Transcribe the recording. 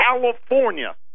California